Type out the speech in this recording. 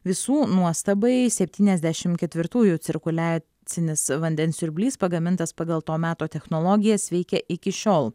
visų nuostabai septyniasdešim ketvirtųjų cirkuliacinis vandens siurblys pagamintas pagal to meto technologijas veikia iki šiol